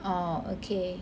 orh okay